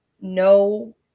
no